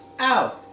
Ow